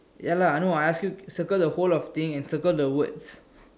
ya lah I know I ask you circle the whole of the thing and circle the words